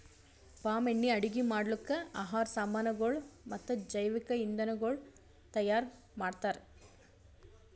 palm ಎಣ್ಣಿ ಅಡುಗಿ ಮಾಡ್ಲುಕ್, ಆಹಾರ್ ಸಾಮನಗೊಳ್ ಮತ್ತ ಜವಿಕ್ ಇಂಧನಗೊಳ್ ತೈಯಾರ್ ಮಾಡ್ತಾರ್